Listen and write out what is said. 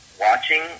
watching